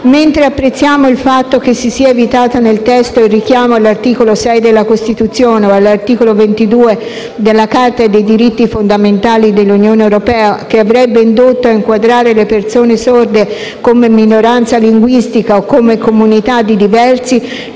Mentre apprezziamo il fatto che si sia evitato nel testo il richiamo all'articolo 6 della Costituzione o all'articolo 22 della Carta dei diritti fondamentali dell'Unione europea, che avrebbero indotto a inquadrare le persone sorde come minoranza linguistica o come comunità di diversi,